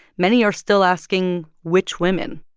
many are still asking which women?